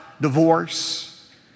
divorce